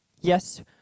Yes